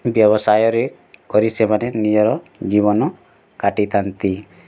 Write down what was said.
ବ୍ୟବସାୟରେ କରି ସେମାନେ ନିଜର ଜୀବନ କାଟିଥାନ୍ତି